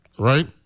Right